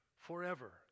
Forever